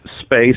space